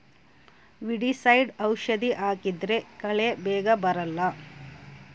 weedicide ಔಷಧಿ ಹಾಕಿದ್ರೆ ಕಳೆ ಬೇಗ ಬರಲ್ಲ